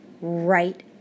right